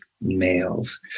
males